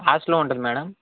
హాస్టల్లో ఉంటుంది మేడం